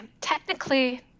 technically